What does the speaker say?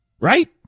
Right